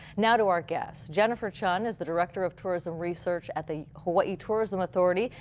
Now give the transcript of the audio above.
now to our guests. jennifer chun is the director of tourism research at the hawaii tourism authority.